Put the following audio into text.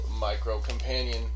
micro-companion